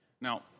Now